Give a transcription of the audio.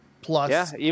plus